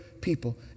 people